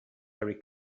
very